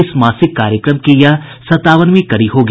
इस मासिक कार्यक्रम की यह संतावनवीं कड़ी होगी